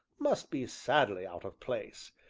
must be sadly out of place.